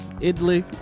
Italy